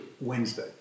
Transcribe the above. Wednesday